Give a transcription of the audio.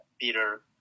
Peter